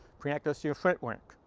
practice your footwork.